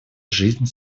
жизнь